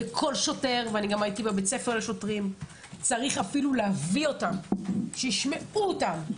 וכל שוטר צריך אפילו להביא אותם שישמעו אותם,